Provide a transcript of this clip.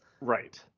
right